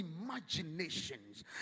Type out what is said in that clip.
imaginations